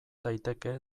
daiteke